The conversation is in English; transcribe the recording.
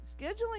Scheduling